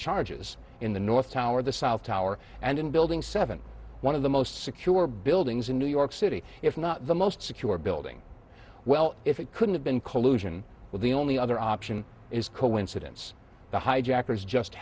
charges in the north tower the south tower and in building seven one of the most secure buildings in new york city if not the most secure building well if it couldn't have been collusion with the only other option is coincidence the hijackers just